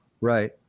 Right